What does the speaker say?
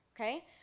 okay